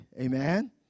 Amen